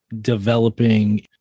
developing